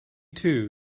too